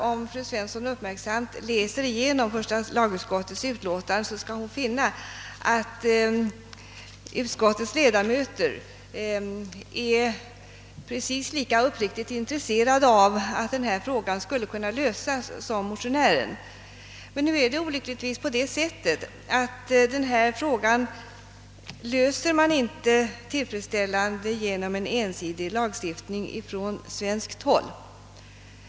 Om fru Svensson uppmärksamt läser igenom första lagutskottets utlåtande nr 27, skall hon finna, att utskottets ledamöter är precis lika uppriktigt intresserade av att denna fråga skall kunna lösas som motionären är. Men olyckligtvis löser man inte denna fråga tillfredsställande genom en ensidig lagstiftning från svenskt håll.